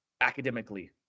academically